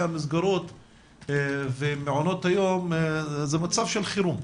המסגרות ומעונות היום זה מצב של חירום.